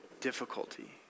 difficulty